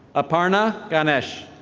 aparna ganesh.